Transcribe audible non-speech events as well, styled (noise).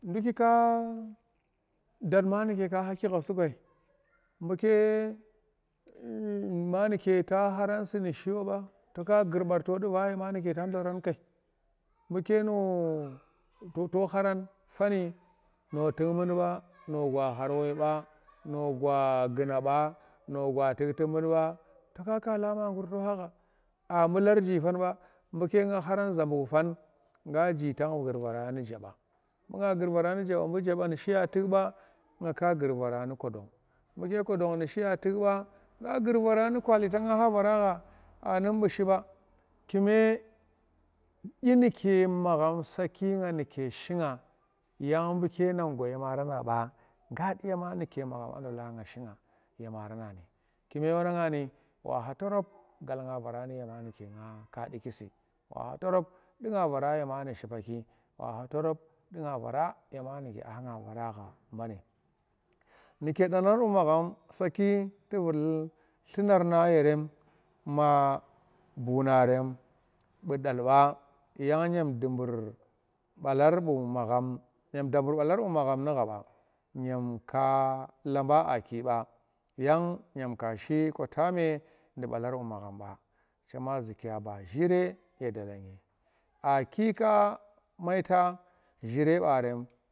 Dukki ka dat mani ka haki gha ku si kai (unintelligible) mbuke mani ta haran si to ka gur bar to du fa yema nuke ta ndolar kai, buke no to to kharan fanni no tuk mundi ba no gwa khar woi ba, no gwa guna ba, no gwa tukti nun ba to ka kala ye ma gur to khakha a mbur larji fan ba bu nga kharan zambuk fan nga ji tan gur vara nu jeba bu nga gur vara nu jeba bu jeba nu shiya tuk ba nga gur vara nu kwadon, buke kwadon nu shiya tuk ba, nga gur vara nu kwali tanga kha vara kha anum bu shiba kume dyinuke magham saki nga nuke shiga yang buke nang gwa ye maranang nga du yema nuke magham a ndola si ye maranani kume wanang ni wa ye ma nuke nga ka duk si, wa kha torop duga vara yema mu shipaki akha torop du nga vara yema nuke a kha nga fara kha bani, nuke danar bu magham saki to vur dlunar nang yerem ma buuna rem bu dal ba yang kyem dabur balar bu magham ba, kyem dabur balar mbu magham nu gha ba. kyem kaaa lamba aki mba yan kyem ka shi kwatame nu mbalar mbu magham mba chema zukya ba chire ye dalanyi a ki ka maita chire mbarem.